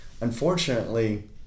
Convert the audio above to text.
unfortunately